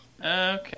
Okay